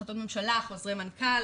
החלטות ממשלה, חוזרי מנכ"ל,